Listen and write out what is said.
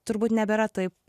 turbūt nebėra taip